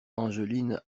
angeline